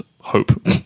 hope